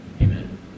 Amen